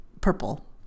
Purple